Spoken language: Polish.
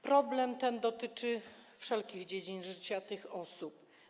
Problem ten dotyczy wszelkich dziedzin życia tych osób.